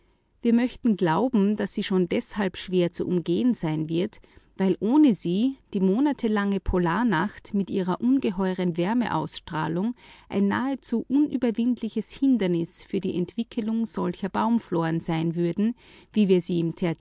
wir möchten glauben daß sie schon deshalb schwer zu umgehen sein wird weil ohne sie die monatelange polarnacht mit ihrer ungeheuren wärmeausstrahlung ein nahezu unüberwindliches hindernis für die entwickelung solcher baumfloren sein würde wie wir sie im